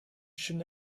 should